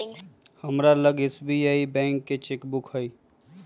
हमरा लग SBI bank के चेक बुक हइ